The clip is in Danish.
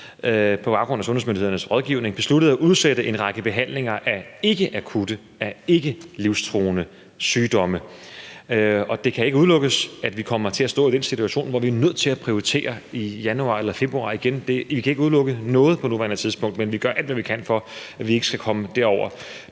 på baggrund af sundhedsmyndighedernes rådgivning besluttet at udsætte en række behandlinger af ikkeakutte og ikkelivstruende sygdomme. Det kan ikke udelukkes, at vi i januar eller februar igen kommer til at stå i den situation, hvor vi er nødt til at prioritere – vi kan ikke udelukke noget på nuværende tidspunkt, men vi gør alt, hvad vi kan, for at vi ikke skal komme derhen.